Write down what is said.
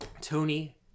Tony